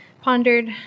pondered